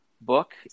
book